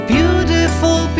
Beautiful